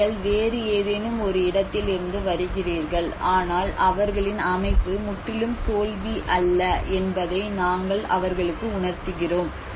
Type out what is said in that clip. நீங்கள் வேறு ஏதேனும் ஒரு இடத்திலிருந்து வருகிறீர்கள் ஆனால் அவர்களின் அமைப்பு முற்றிலும் தோல்வி அல்ல என்பதை நாங்கள் அவர்களுக்கு உணர்த்துகிறோம்